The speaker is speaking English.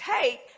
take